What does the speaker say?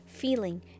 Feeling